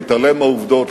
להתעלם מהעובדות,